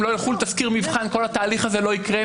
לא יחול תסקיר מבחן וכל התהליך הזה לא יקרה.